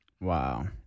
Wow